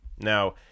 Now